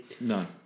No